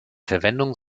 verwendung